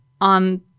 on